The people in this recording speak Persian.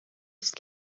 است